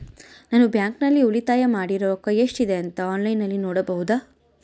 ನಾನು ಬ್ಯಾಂಕಿನಲ್ಲಿ ಉಳಿತಾಯ ಮಾಡಿರೋ ರೊಕ್ಕ ಎಷ್ಟಿದೆ ಅಂತಾ ಆನ್ಲೈನಿನಲ್ಲಿ ನೋಡಬಹುದಾ?